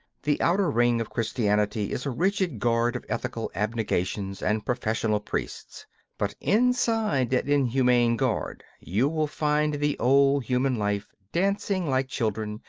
the outer ring of christianity is a rigid guard of ethical abnegations and professional priests but inside that inhuman guard you will find the old human life dancing like children,